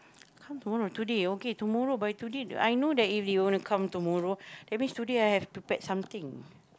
come tomorrow today okay tomorrow by today the I know that if they want to come tomorrow that means today I have to pack something